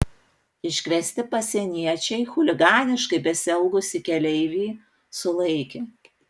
iškviesti pasieniečiai chuliganiškai besielgusį keleivį sulaikė